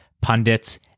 pundits